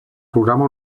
programa